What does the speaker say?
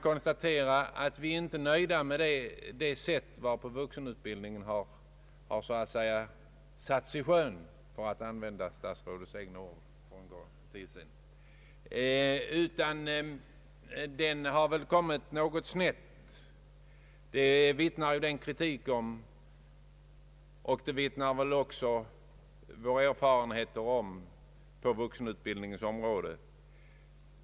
Vi är inte nöjda med det sätt varpå vuxenutbildningen ”sattes i sjön”, för att använda de ord statsrådet själv begagnade för någon tid sedan. Att den kom något snett framgår av den kritik som har framförts, och därom vittnar också våra erfarenheter på området.